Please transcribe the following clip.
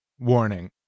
warning